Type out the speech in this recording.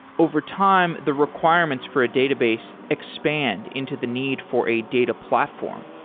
overtime, the requirements for a database expand into the need for a data platform.